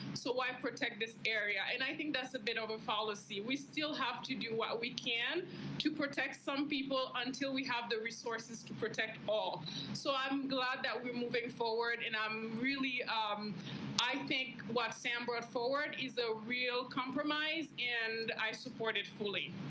so why protect this area. and i think that's a bit of a fallacy. we still have to do what we can. josephj to protect some people until we have the resources to protect all so i'm glad that we're moving forward. and i'm really um i think what sam brought forward is a real compromise and i support it fully.